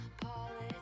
politics